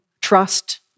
trust